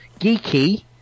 geeky